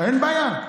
אין בעיה.